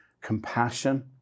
compassion